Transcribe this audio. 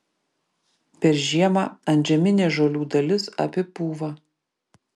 per žiemą antžeminė žolių dalis apipūva